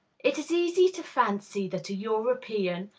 it is easy to fancy that a european,